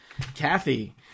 Kathy